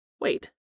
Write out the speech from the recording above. Wait